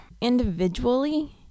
individually